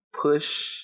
push